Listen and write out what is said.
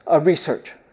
research